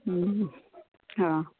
ହୁଁ ହଁ